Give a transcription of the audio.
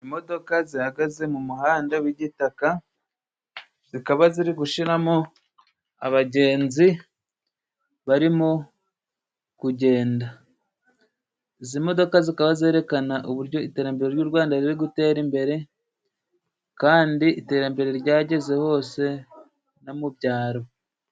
Imodoka zihagaze mu muhanda w'igitaka zikaba ziri gushyiramo abagenzi barimo kugenda. Izi modoka zikaba zerekana uburyo iterambere ry'u Rwanda riri gutera imbere, kandi iterambere ryageze hose no mu byaro.